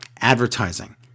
Advertising